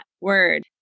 word